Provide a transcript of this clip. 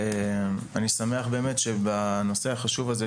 אני באמת שמח שבנושא החשוב הזה,